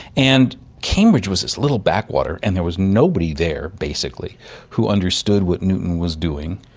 and cambridge was this little backwater and there was nobody there basically who understood what newton was doing,